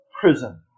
Prison